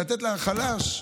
לתת לחלש,